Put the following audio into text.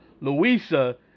Louisa